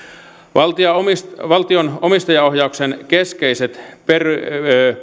valtion valtion omistajaohjauksen keskeiset periaatteet